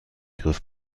griff